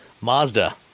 Mazda